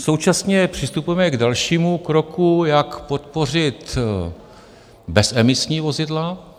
Současně přistupujeme k dalšímu kroku, jak podpořit bezemisní vozidla.